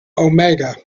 omega